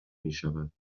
میشود